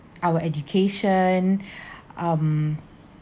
our education um